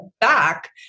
back